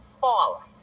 fall